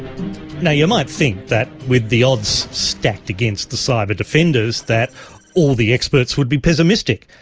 now, you might think that with the odds stacked against the cyber defenders, that all the experts would be pessimistic.